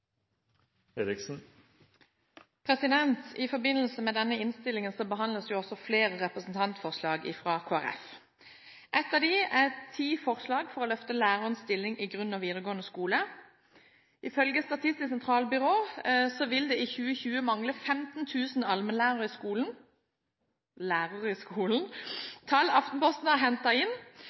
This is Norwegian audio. I forbindelse med denne innstillingen behandles jo også flere representantforslag fra Kristelig Folkeparti. Et av dem er ti forslag for å løfte lærerens stilling i grunnskole og videregående skole. Ifølge Statistisk sentralbyrå vil det i 2020 mangle 15 000 allmennlærere i skolen. Tall Aftenposten har hentet inn,